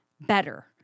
better